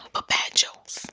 ah bad jokes.